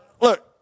look